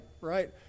right